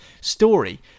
story